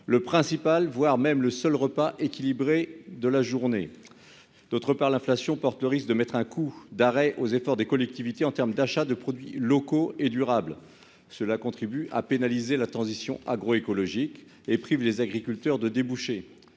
le principal, voire le seul repas équilibré de la journée. D'autre part, l'inflation risque de mettre un coup d'arrêt aux efforts des collectivités en matière d'achat de produits locaux et durables, ce qui pénalise la transition agroécologique et prive les agriculteurs de débouchés.